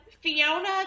Fiona